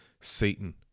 Satan